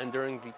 and during the